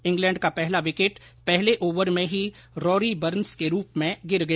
England का पहला wicket पहले ओवर में ही रोरी बर्न्स के रूप में गिर गया